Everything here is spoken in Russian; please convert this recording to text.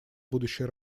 будущей